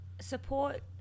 support